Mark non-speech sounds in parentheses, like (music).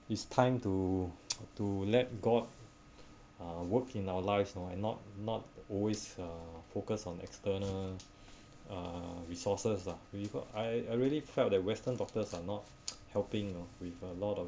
it's time to (noise) to let god uh work in our lives you know and not not always uh focus on external uh resources lah with uh I I really felt that western doctors are not (noise) helping you know with a lot of